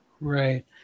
Right